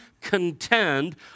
contend